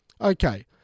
Okay